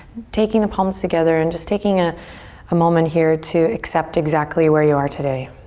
taking the palms together and just taking a ah moment here to accept exactly where you are today.